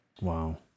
Wow